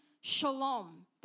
shalom